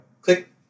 click